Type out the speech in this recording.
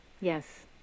Yes